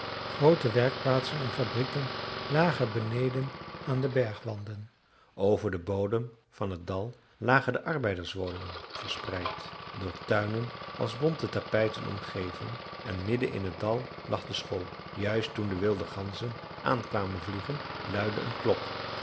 groote werkplaatsen en fabrieken lagen beneden aan de bergwanden over den bodem van het dal lagen de arbeiderswoningen verspreid door tuinen als bonte tapijten omgeven en midden in het dal lag de school juist toen de wilde ganzen aan kwamen vliegen luidde een klok